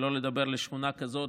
שלא לדבר לשכונה כזאת,